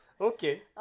Okay